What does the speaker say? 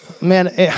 man